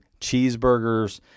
cheeseburgers